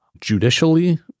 judicially